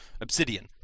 obsidian